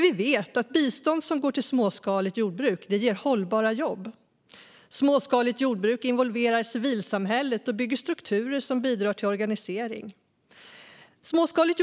Vi vet att bistånd som går till småskaligt jordbruk ger hållbara jobb. Småskaligt jordbruk involverar civilsamhället och bygger strukturer som bidrar till organisering.